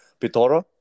Pitora